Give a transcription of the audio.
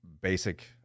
basic